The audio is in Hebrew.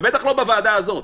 ובטח לא בוועדה הזאת.